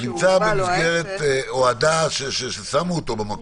הוא נמצא במסגרת ששמו אותו בה,